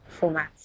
formats